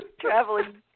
traveling